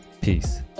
Peace